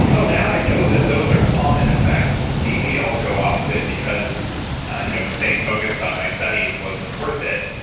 and oh now i know that those are common effects maybe i'll go off of it because you know staying focused on my studies wasn't worth it.